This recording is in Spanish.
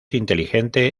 inteligente